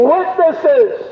Witnesses